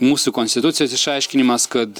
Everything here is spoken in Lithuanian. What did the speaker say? mūsų konstitucijos išaiškinimas kad